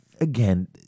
again